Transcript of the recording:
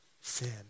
sin